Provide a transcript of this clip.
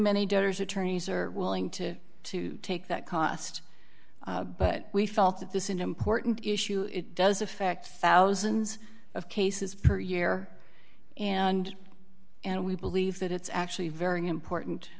many debtors attorneys are willing to to take that cost but we felt that this important issue it does affect thousands of cases per year and and we believe that it's actually very important